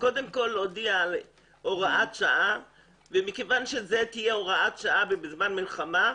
קודם כל להודיע על הוראת שעה ומכיוון שזו תהיה הוראת שעה ובזמן מלחמה,